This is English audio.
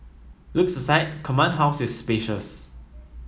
looks aside Command House is spacious